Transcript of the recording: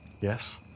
Yes